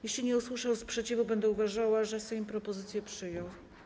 Jeśli nie usłyszę sprzeciwu, będę uważała, że Sejm propozycję przyjął.